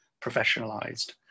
professionalized